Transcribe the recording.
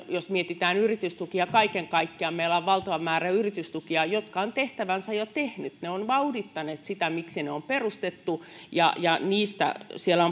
jos mietitään yritystukia kaiken kaikkiaan meillä on valtava määrä yritystukia jotka ovat tehtävänsä jo tehneet ne ovat vauhdittaneet sitä miksi ne on perustettu ja ja niistä siellä